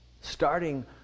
starting